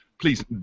please